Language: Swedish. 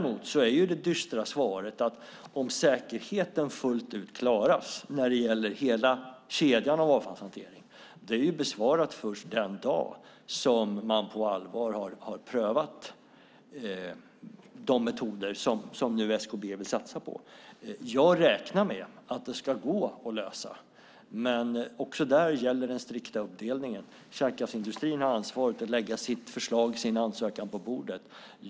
Men det dystra svaret på frågan om säkerhet fullt ut klaras för hela kedjan av avfallshanteringen är att det får vi veta först den dag man på allvar har prövat de metoder som nu SKB vill satsa på. Jag räknar med att det ska gå att lösa, men också där gäller den strikta uppdelningen. Kärnkraftsindustrin har ansvaret att lägga sitt förslag och sin ansökan på bordet.